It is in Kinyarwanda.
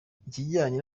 ikijyanye